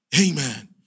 Amen